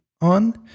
on